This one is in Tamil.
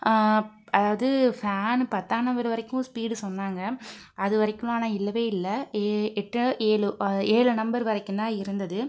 அதாவது ஃபேனு பத்தாம் நம்பர் வரைக்கும் ஸ்பீடு சொன்னாங்கள் அது வரைக்கும்லாம் ஆனால் இல்லவே இல்லை ஏ எட்டோ ஏழோ ஏழு நம்பர் வரைக்கும்தான் இருந்தது